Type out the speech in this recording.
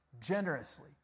generously